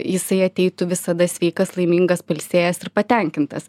jisai ateitų visada sveikas laimingas pailsėjęs ir patenkintas